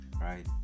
right